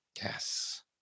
Yes